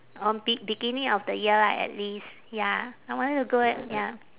on be~ beginning of the year lah at least ya I want to go and ya